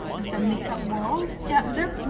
the makeup world. yeah. durb,